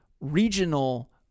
regional